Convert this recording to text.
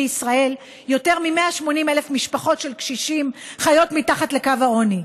בישראל יותר מ-180,000 משפחות של קשישים חיות מתחת לקו העוני.